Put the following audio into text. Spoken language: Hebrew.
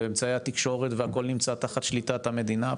ואמצעי התקשורת והכל נמצא תחת שליטת המדינה,